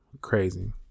Crazy